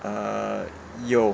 err 有